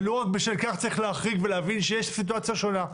בשל כך צריך להחריג ולהבין שיש סיטואציה שונה,